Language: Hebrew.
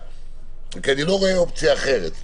אני לא רואה אופציה אחרת.